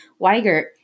Weigert